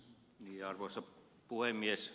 arvoisa puhemies